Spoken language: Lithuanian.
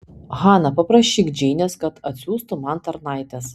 hana paprašyk džeinės kad atsiųstų man tarnaites